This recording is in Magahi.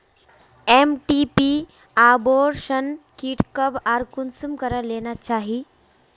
एम.टी.पी अबोर्शन कीट कब आर कुंसम करे लेना चही?